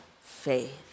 faith